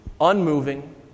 Unmoving